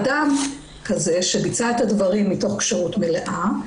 אדם כזה שביצע את הדברים מתוך כשירות מלאה,